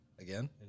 Again